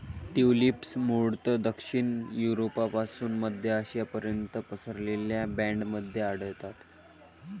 tulips मूळतः दक्षिण युरोपपासून मध्य आशियापर्यंत पसरलेल्या बँडमध्ये आढळतात